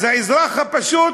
אז האזרח הפשוט,